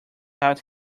out